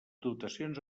dotacions